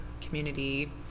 community